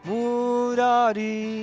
Murari